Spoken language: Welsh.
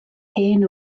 hen